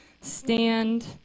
stand